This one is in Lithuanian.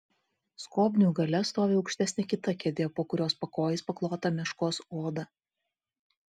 skobnių gale stovi aukštesnė kita kėdė po kurios pakojais paklota meškos oda